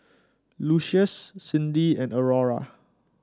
Lucius Cyndi and Aurora